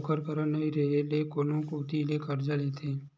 ओखर करा नइ रेहे ले कोनो कोती ले करजा करथे